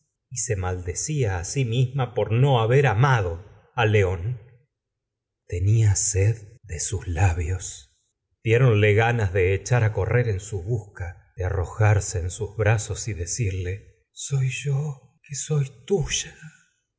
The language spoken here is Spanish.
y se maldecía sí misma por no haber amado león tenía sed de sus labios di ronle ganas de echar correr en su busca de arrojarse en sus brazos y decirle soy ye que soy tuya